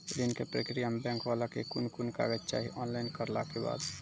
ऋण के प्रक्रिया मे बैंक वाला के कुन कुन कागज चाही, ऑनलाइन करला के बाद?